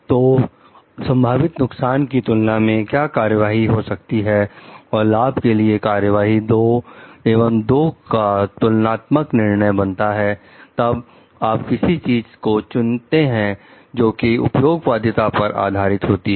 तो संभावित नुकसान की तुलना में क्या कार्यवाही हो सकती है और लाभ के लिए कार्यवाही दो एवं दोनों का तुलनात्मक निर्णय बनता है तब आप किसी चीज को चुनते हैं जो कि उपयोगवादिता पर आधारित होती है